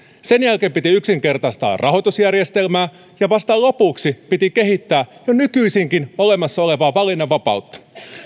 sen jälkeen piti yksinkertaistaa rahoitusjärjestelmää ja vasta lopuksi piti kehittää jo nykyisinkin olemassa olevaa valinnanvapautta